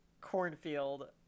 cornfield